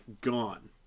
gone